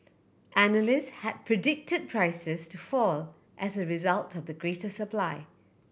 analysts had predicted prices to fall as a result of the greater supply